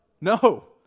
no